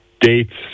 dates